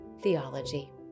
Theology